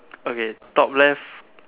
okay top left